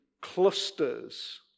clusters